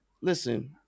listen